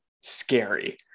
scary